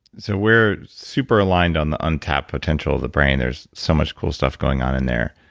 so we're super aligned on the untapped potential of the brain. there's so much cool stuff going on in there.